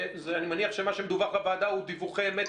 אני מניח שמה שמדווח לוועדה אלה דיווחי אמת,